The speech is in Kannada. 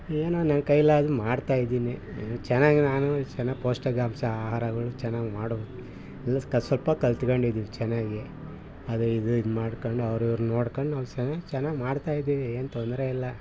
ಏನೋ ನನ್ನ ಕೈಯಲ್ಲಾದ್ದು ಮಾಡ್ತಾಯಿದ್ದೀನಿ ಚೆನ್ನಾಗಿ ನಾನು ಚೆನ್ನಾಗಿ ಪೌಷ್ಟಿಕಾಂಶ ಆಹಾರಗಳು ಚೆನ್ನಾಗಿ ಮಾಡಕೆ ಸ್ವಲ್ಪ ಕಲ್ತ್ಕೊಂಡಿದಿನಿ ಚೆನ್ನಾಗಿ ಅದು ಇದು ಇದು ಮಾಡ್ಕೊಂಡು ಅವ್ರು ಇವ್ರು ನೋಡ್ಕೊಂಡು ನಾವು ಚೆನ್ನಾಗಿ ಚೆನ್ನಾಗಿ ಮಾಡ್ತಾಯಿದ್ದೀವಿ ಏನು ತೊಂದರೆ ಇಲ್ಲ